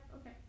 okay